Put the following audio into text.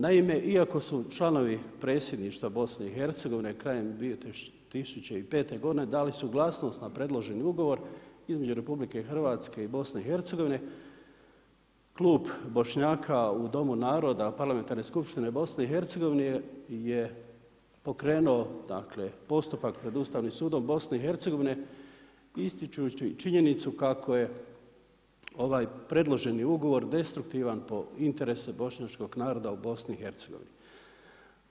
Naime, iako su članovi predsjedništva BiH-a krajem 2005. godine dali suglasnost na predloženi ugovor između RH i BiH, Klub Bošnjaka u Domu naroda Parlamentarne skupštine BiH-a je pokrenuo dakle postupak pred Ustavnim sudom BiH-a ističući činjenicu kako je ovaj predloženi ugovor destruktivan po interesu Bošnjačkog naroda u BiH-a.